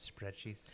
spreadsheet